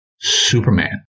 Superman